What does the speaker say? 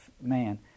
man